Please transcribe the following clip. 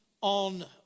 on